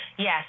Yes